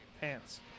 pants